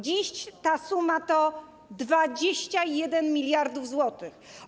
Dziś ta suma to 21 mld zł.